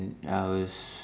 and I was